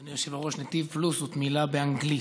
אדוני היושב-ראש, נתיב פלוס זאת מילה באנגלית,